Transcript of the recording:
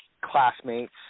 classmates